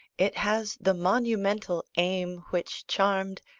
it has the monumental aim which charmed,